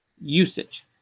Usage